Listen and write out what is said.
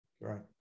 Right